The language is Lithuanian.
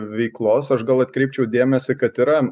veiklos aš gal atkreipčiau dėmesį kad yra